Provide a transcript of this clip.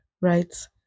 right